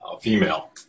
female